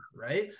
right